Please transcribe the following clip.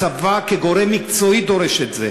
הצבא, כגורם מקצועי דורש את זה.